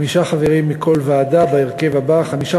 חמישה חברים מכל ועדה בהרכב הבא: חמישה